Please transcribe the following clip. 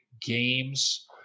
games